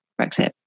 Brexit